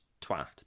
twat